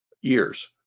years